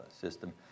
system